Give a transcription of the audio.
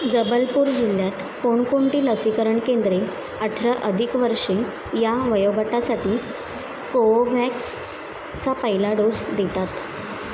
जबलपूर जिल्ह्यात कोणकोणती लसीकरण केंद्रे अठरा अधिक वर्षे या वयोगटासाठी कोवोव्हॅक्सचा पहिला डोस देतात